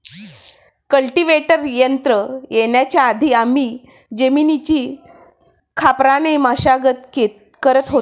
cultivator यंत्र येण्याच्या आधी आम्ही जमिनीची खापराने मशागत करत होतो